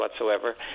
whatsoever